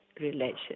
relationship